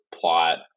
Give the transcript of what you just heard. plot